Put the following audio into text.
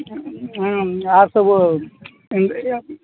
अहाँ सब